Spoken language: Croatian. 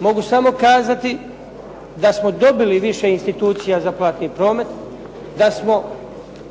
Mogu samo kazati da smo dobili više institucija za platni promet, da smo